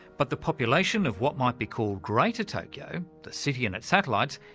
but the population of what might be called greater tokyo, the city and its satellites,